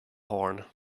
horn